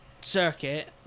circuit